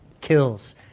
kills